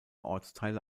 ortsteile